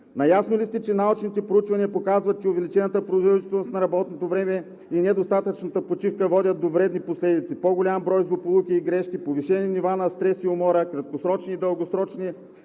Наясно ли сте, че научните проучвания показват, че увеличената производителност на работното време и недостатъчната почивка водят до вредни последици, до по-голям брой злополуки и грешки, повишени нива на стрес и умора, краткосрочни и дългосрочни